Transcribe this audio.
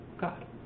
God